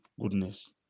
goodness